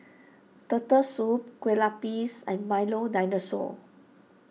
Turtle Soup Kueh Lapis and Milo Dinosaur